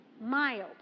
Mild